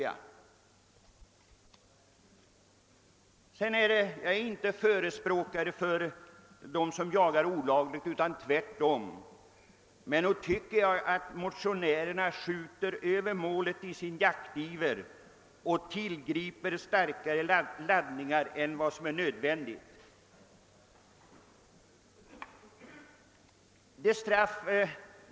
Jag är inte förespråkare för dem som jagar olovligt, utan tvärtom. Men jag tycker nog att motionärerna skjuter över målet i sin jaktiver och tillgriper starkare laddningar än som är nödvändigt.